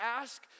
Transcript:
ask